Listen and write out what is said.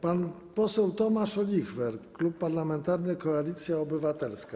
Pan poseł Tomasz Olichwer, Klub Parlamentarny Koalicja Obywatelska.